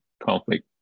conflict